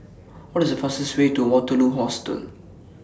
What IS The fastest Way to Waterloo Hostel